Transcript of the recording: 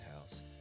house